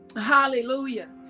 hallelujah